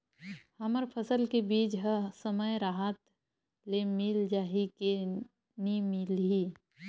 हमर फसल के बीज ह समय राहत ले मिल जाही के नी मिलही?